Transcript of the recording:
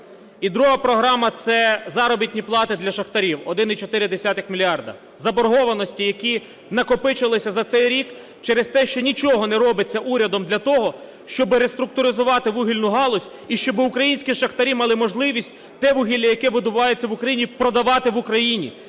І друга програма – це заробітні плати для шахтарів, 1,4 мільярда. Заборгованості, які накопичилися за цей рік через те, що нічого не робиться урядом для того, щоб реструктуризувати вугільну галузь і щоб українські шахтарі мали можливість те вугілля, яке видобувається в Україні, продавати в Україні